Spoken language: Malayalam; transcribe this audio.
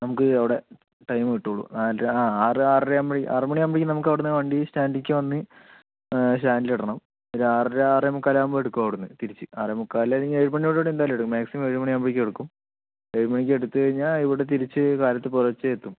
നമുക്ക് അവിടെ ടൈമ് കിട്ടൂള്ളൂ നാലര ആ ആറ് ആറര ആറ് മണിയാകുമ്പോഴേക്കും നമുക്ക് അവിടെ നിന്ന് വണ്ടി സ്റ്റാന്റിലേക്ക് വന്ന് സ്റ്റാന്റിൽ ഇടണം ഒരു ആറര അറേമുക്കാൽ ആകുമ്പോൾ എടുക്കും അവിടെ നിന്ന് തിരിച്ച് ആറേമുക്കാൽ അല്ലെങ്കിൽ ഏഴു മണിയോടുകുടി എന്തായാലും എടുക്കും മാക്സിമം ഏഴു മണിയാകുമ്പോഴേക്കും എടുക്കും ഏഴു മണിക്ക് എടുത്തു കഴിഞ്ഞാൽ ഇവിടെ തിരിച്ച് കാലത്ത് പുലർച്ചെ എത്തും